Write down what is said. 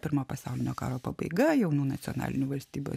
pirmo pasaulinio karo pabaiga jaunų nacionalinių valstybių